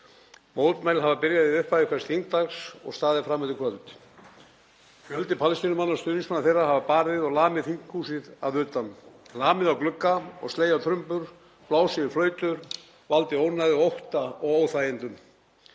Mótmæli hafa byrjað í upphafi hvers þingdags og staðið fram undir kvöld. Fjöldi Palestínumanna og stuðningsmanna þeirra hafa barið og lamið þinghúsið að utan, lamið á glugga og slegið á trumbur, blásið í flautur og valdið ónæði, ótta og óþægindum.